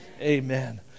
Amen